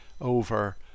over